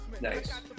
Nice